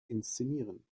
inszenieren